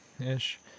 ish